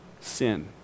Sin